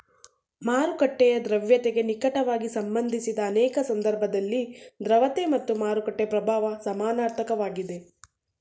ಮಾರುಕಟ್ಟೆಯ ದ್ರವ್ಯತೆಗೆ ನಿಕಟವಾಗಿ ಸಂಬಂಧಿಸಿದ ಅನೇಕ ಸಂದರ್ಭದಲ್ಲಿ ದ್ರವತೆ ಮತ್ತು ಮಾರುಕಟ್ಟೆ ಪ್ರಭಾವ ಸಮನಾರ್ಥಕ ವಾಗಿದೆ